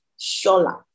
Shola